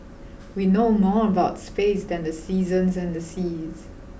we know more about space than the seasons and the seas